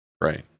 Right